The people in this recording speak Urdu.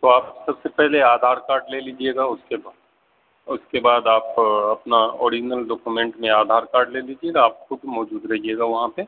تو آپ سب سے پہلے آدھار کارڈ لے لیجیے گا اس کے بعد اس کے بعد آپ اپنا اوریجنل ڈوکومینٹ میں آدھار کارڈ لے لیجیے گا آپ خود موجود رہیے گا وہاں پہ